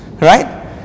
Right